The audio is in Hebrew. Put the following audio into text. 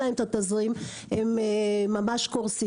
וכשאין להם התזרים, הם ממש קורסים.